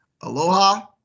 aloha